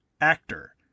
Actor